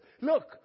look